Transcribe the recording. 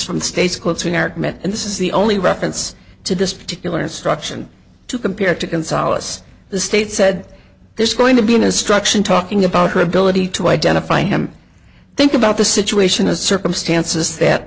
the state's closing argument and this is the only reference to this particular instruction to compare to consolidate the state said there's going to be an instruction talking about her ability to identify him think about the situation as circumstances that